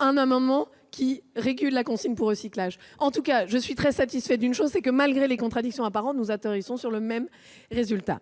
un amendement tendant à réguler la consigne pour recyclage. En tout cas, je suis très satisfaite d'une chose : malgré les contradictions apparentes, nous atterrissons sur le même résultat.